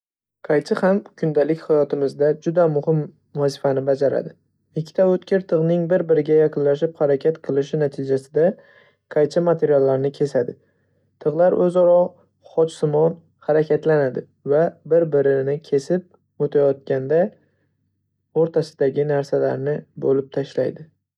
Qaychi ham kundalik hayotimizda juda muhim vazifani bajaradi. Ikkita o'tkir tig'ning bir-biriga yaqinlashib harakat qilishi natijasida qaychi materiallarni kesadi, tig'lar o'zaro xochsimon harakatlanadi va bir-birini kesib o'tayotganda o'rtasidagi narsalarni bo'lib tashlaydi.